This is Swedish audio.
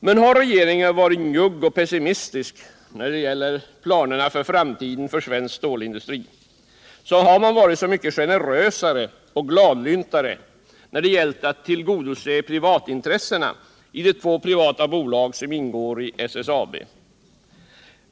Men har regeringen varit njugg och pessimistisk när det gäller planerna för framtiden för svensk stålindustri, så har man varit så mycket generösare och gladlyntare när det gällt att tillgodose privatintressena i de två privata bolag som ingår i SSAB.